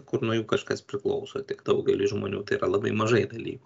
kur nuo jų kažkas priklauso tik daugeliui žmonių tai yra labai mažai dalykų